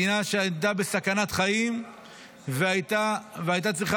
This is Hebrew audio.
מדינה שעמדה בסכנת חיים והייתה צריכה